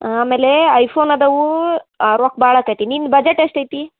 ಆಮೇಲೆ ಐಫೋನ್ ಅದಾವು ರೊಕ್ಕ ಭಾಳ ಆಕ್ತೈತಿ ನಿನ್ನ ಬಜೆಟ್ ಎಷ್ಟು ಐತಿ